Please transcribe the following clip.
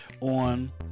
on